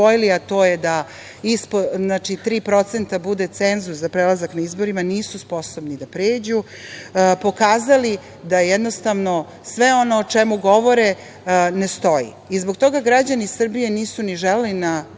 procenta bude cenzus za prelazak na izborima nisu sposobni da pređu, pokazali da jednostavno sve ono o čemu govore ne stoji i zbog toga građani Srbije nisu ni želeli na